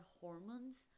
hormones